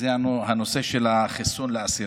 וזה הנושא של החיסון לאסירים.